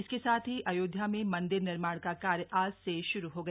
इसके साथ ही अयोध्या में मन्दिर निर्माण का कार्य आज से श्रू हो गया